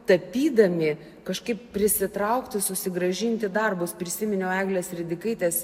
tapydami kažkaip prisitraukti susigrąžinti darbus prisiminiau eglės ridikaitės